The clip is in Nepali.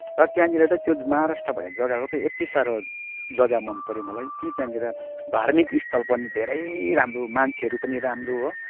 र त्यहाँनिर चाहिँ त्यो महाराष्ट्र भन्ने जग्गाको चाहिँ यत्ति साह्रो जग्गा मन पऱ्यो मलाई कि त्यहाँनिर धार्मिक स्थल पनि धेरै राम्रो मान्छेहरू पनि राम्रो हो